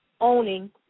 owning